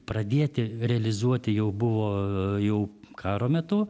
pradėti realizuoti jau buvo jau karo metu